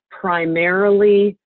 primarily